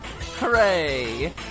Hooray